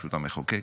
הרשות המחוקקת.